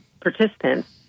participants